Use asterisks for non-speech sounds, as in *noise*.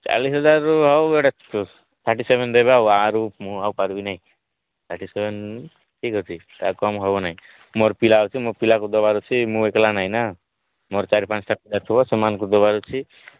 ଚାଳିଶ ହଜାରରୁ ହଉ ଗୋଟେ ଥାର୍ଟି ସେଭେନ ଦେବେ ଆଉ ଆରୁ ମୁଁ ଆଉ ପାରିବି ନାହିଁ ଥାର୍ଟି ସେଭେନ ଠିକ ଅଛି ଆଉ କମ୍ ହେବ ନାହିଁ ମୋର ପିଲା ଅଛି ମୋର ପିଲାକୁ ଦେବାର ଅଛି ମୁଁ ଏକଲା ନାହିଁ ନା ମୋର ଚାରି ପାଞ୍ଚଟା ପିଲା *unintelligible* ସେମାନଙ୍କୁ ଦେବାର ଅଛି